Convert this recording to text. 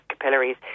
capillaries